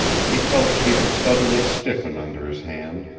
he felt peter suddenly stiffen under his hand,